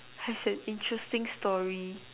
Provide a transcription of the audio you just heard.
has an interesting story